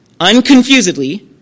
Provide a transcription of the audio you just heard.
unconfusedly